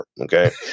Okay